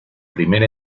primer